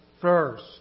first